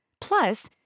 Plus